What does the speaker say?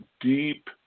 deep